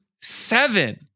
seven